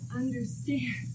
understand